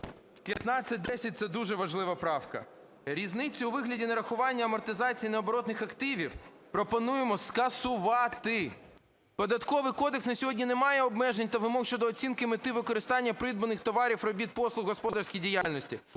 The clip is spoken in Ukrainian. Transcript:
1510 – це дуже важлива правка. Різницю у вигляді нарахування амортизації необоротних активів пропонуємо скасувати. Податковий кодекс на сьогодні не має обмежень та вимог щодо оцінки мети використання придбаних товарів, робіт, послуг в господарській діяльності.